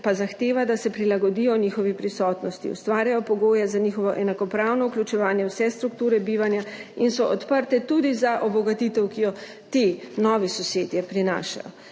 pa zahteva, da se prilagodijo njihovi prisotnosti, ustvarjajo pogoje za njihovo enakopravno vključevanje vse strukture bivanja in so odprte tudi za obogatitev, ki jo ti novi sosedje prinašajo.